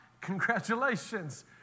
congratulations